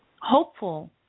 hopeful